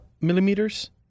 millimeters